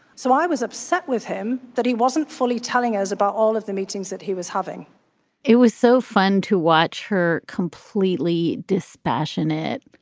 so i was upset with him that he wasn't fully telling us about all of the meetings that he was having it was so fun to watch her completely dispassionate,